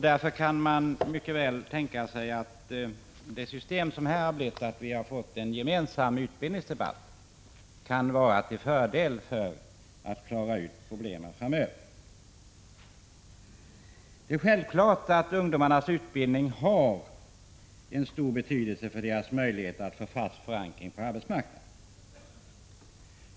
Därför kan det system som här har uppstått, att vi har fått en gemensam utbildningsdebatt, mycket väl tänkas vara till fördel när det gäller att klara ut problemen framöver. Ungdomarnas utbildning har självfallet en stor betydelse när det gäller deras möjligheter att få en fast förankring på arbetsmarknaden.